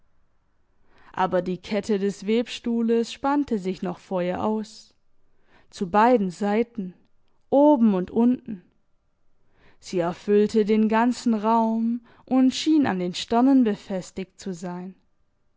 aber die kette des webstuhles spannte sich noch vor ihr aus zu beiden seiten oben und unten sie erfüllte den ganzen raum und schien an den sternen befestigt zu sein